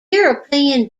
european